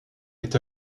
est